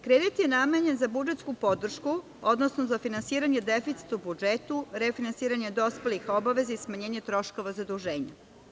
Kredit je namenjen za budžetsku podršku odnosno za finansiranje deficita u budžetu, refinansiranje dospelih obaveza i smanjenje troškova zaduženja.